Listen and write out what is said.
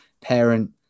parent